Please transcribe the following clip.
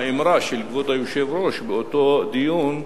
באמרה של כבוד היושב-ראש באותו דיון,